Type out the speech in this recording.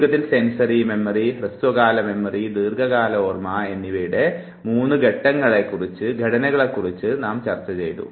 ചുരുക്കത്തിൽ സെൻസറി ഹ്രസ്വകാലം കൂടാതെ ദീർഘകാല ഓർമ്മ എന്നീ ഓർമ്മയുടെ മൂന്ന് ഘടനകളെ കുറിച്ച് നാം ചർച്ച ചെയ്തു